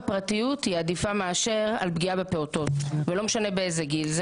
לא צריך לצאת מתוך הנחה שילד בגיל שלוש עד שש אמור לספר הכל להורה שלו,